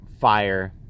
fire